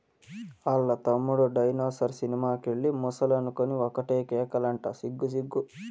ఆల్ల తమ్ముడు dinosaur cinema కెళ్ళి ముసలనుకొని ఒకటే కేకలంట సిగ్గు సిగ్గు